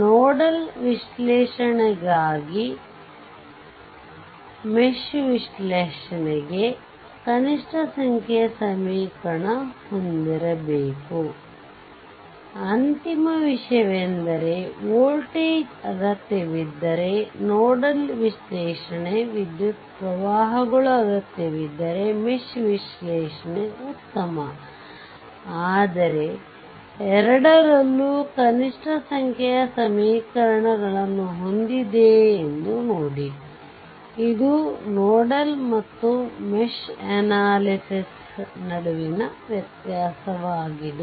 nodal ವಿಶ್ಲೇಷಣೆಗಾಗಿನೋಡಲ್ analysis mesh ವಿಶ್ಲೇಷಣೆಗೆ ಕನಿಷ್ಠ ಸಂಖ್ಯೆ ಸಮೀಕರಣ ಹೊಂದಿರಬೇಕು ಅಂತಿಮ ವಿಷಯವೆಂದರೆ ವೋಲ್ಟೇಜ್ ಅಗತ್ಯವಿದ್ದರೆ ನೋಡಲ್ ವಿಶ್ಲೇಷಣೆ ವಿದ್ಯುತ್ ಪ್ರವಾಹಗಳು ಅಗತ್ಯವಿದ್ದರೆ ಮೆಶ್ ವಿಶ್ಲೇಷಣೆ ಉತ್ತಮ ಆದರೆ ಎರಡರಲ್ಲೂ ಕನಿಷ್ಠ ಸಂಖ್ಯೆಯ ಸಮೀಕರಣಗಳನ್ನು ಹೊಂದಿದೆಯೇ ಎಂದು ನೋಡಿ ಇದು ನೋಡಲ್ ಮತ್ತು ಮೆಶ್ ಅನಾಲಿಸಿಸ್ ನಡುವಿನ ವ್ಯತ್ಯಾಸವಾಗಿದೆ